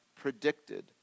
predicted